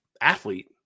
athlete